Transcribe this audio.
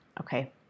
Okay